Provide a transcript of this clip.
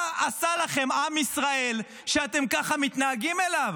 מה עשה לכם עם ישראל שאתם ככה מתנהגים אליו?